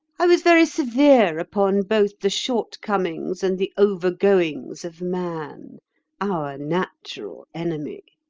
i was very severe upon both the shortcomings and the overgoings of man our natural enemy.